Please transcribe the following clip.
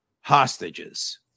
hostages